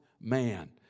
man